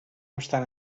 obstant